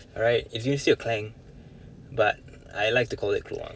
alright it's university of klang but I like to call it klang